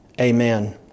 Amen